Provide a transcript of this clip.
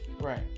right